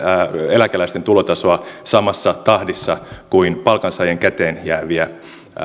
eläkeläisten tulotasoa samassa tahdissa kuin palkansaajien käteenjääviä